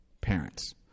parents